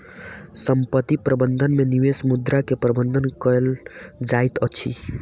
संपत्ति प्रबंधन में निवेश मुद्रा के प्रबंधन कएल जाइत अछि